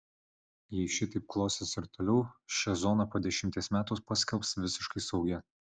jei šitaip klosis ir toliau šią zoną po dešimties metų paskelbs visiškai saugia